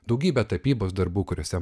daugybę tapybos darbų kuriuose